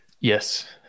Yes